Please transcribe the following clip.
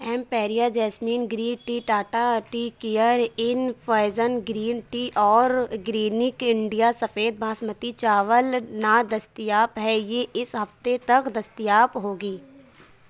Imperia jasmine green tea Tata tea care infusion green tea organic India سفید باسمتی چاول نادستیاب ہے یہ اس ہفتے تک دستیاب ہوگی